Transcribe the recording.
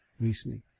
recently